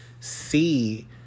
See